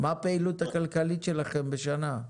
מה הפעילות הכלכלית שלכם בשנה,